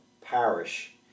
parish